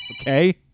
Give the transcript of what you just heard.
Okay